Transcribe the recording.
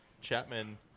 Chapman –